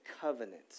covenant